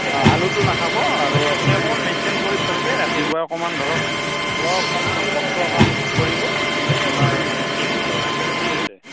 অ' আলুটো নাখাব আৰু আপুনি অকণমান মেণ্টেইণ কৰি চলিলে ৰাতিপুৱা অকণমান ধৰক অলপমান কষ্ট কাম কৰিব আপোনাৰ মানে ঠিক হৈ যাব ঠিক আছে